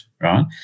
right